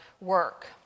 work